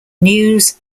news